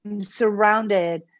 surrounded